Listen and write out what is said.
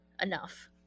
enough